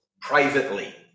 privately